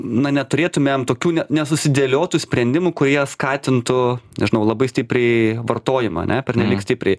na neturėtumėm tokių ne nesusidėliotų sprendimų kurie skatintų nežinau labai stipriai vartojimą ane pernelyg stipriai